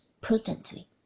prudently